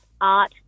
art